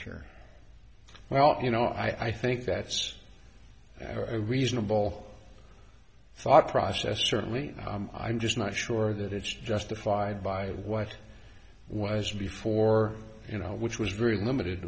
or well you know i think that's a reasonable thought process certainly i'm just not sure that it's justified by what was before you know which was very limited